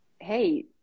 Hey